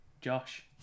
josh